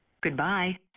Goodbye